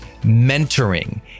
Mentoring